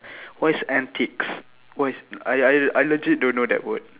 what is antics what is I I I legit don't know that word